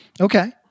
Okay